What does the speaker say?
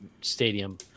stadium